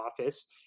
office